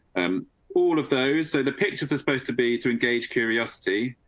um all of those. so the pictures are supposed to be to engage curiosity.